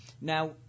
Now